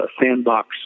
sandbox